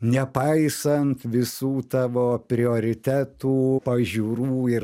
nepaisant visų tavo prioritetų pažiūrų ir